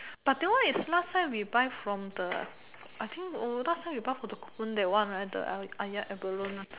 but that one is last time we buy from the I think oh last time we buy from the cocoon that one right the Ah-Yat abalone one